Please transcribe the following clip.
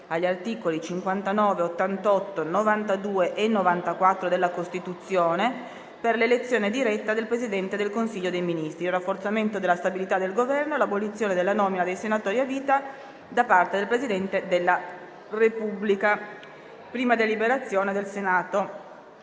agli articoli 59, 88, 92 e 94 della Costituzione per l'elezione diretta del Presidente del Consiglio dei ministri, il rafforzamento della stabilità del Governo e l'abolizione della nomina dei senatori a vita da parte del Presidente della Repubblica***